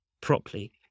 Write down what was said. properly